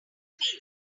face